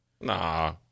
Nah